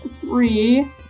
three